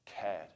cared